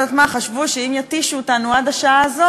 ולצוות הניהולי של הוועדה על הצעת החוק הקודמת.